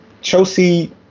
Chelsea